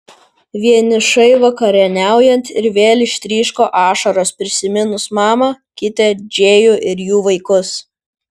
vienišai vakarieniaujant ir vėl ištryško ašaros prisiminus mamą kitę džėjų ir jų vaikus